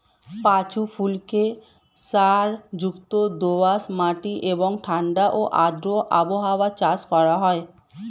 পাঁচু ফুলকে সারযুক্ত দোআঁশ মাটি এবং ঠাণ্ডা ও আর্দ্র আবহাওয়ায় চাষ করা হয়